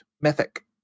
mythic